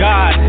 God